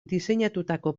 diseinatutako